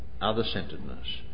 other-centeredness